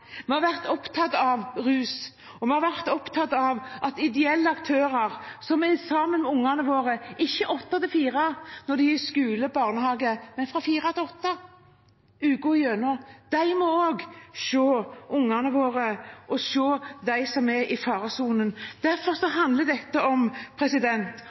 Vi har vært opptatt av rus. Og vi har vært opptatt av at ideelle aktører – som er sammen med ungene våre ikke fra åtte til fire, når de er i skole og barnehage, men fra fire til åtte, uka igjennom – også må se ungene våre og se dem som er i faresonen. Derfor handler dette om